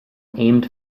aimed